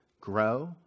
grow